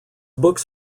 books